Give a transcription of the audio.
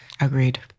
agreed